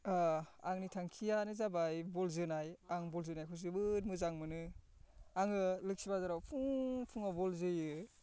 आंनि थांखियानो जाबाय बल जोनाय आं बल जोनायखौ जोबोद मोजां मोनो आङो लोखि बाजाराव फुं फुङाव बल जोयो